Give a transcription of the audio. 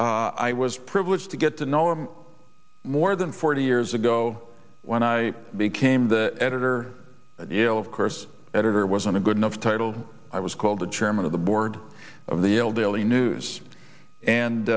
i was privileged to get to know him more than forty years ago when i became the editor of the l of course editor wasn't good enough titled i was called the chairman of the board of the l daily news and